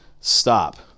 Stop